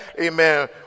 amen